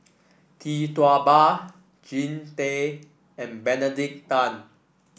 Tee Tua Ba Jean Tay and Benedict Tan